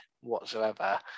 whatsoever